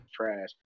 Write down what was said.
trash